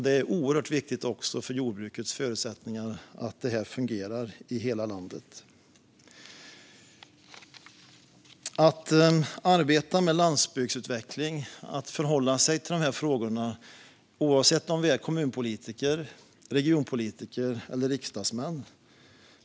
Det är oerhört viktigt för jordbrukets förutsättningar att det fungerar i hela landet. Arbete med landsbygdsutveckling är att förhålla sig till dessa frågor oavsett om vi är kommunpolitiker, regionpolitiker eller riksdagsmän.